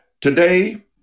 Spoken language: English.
Today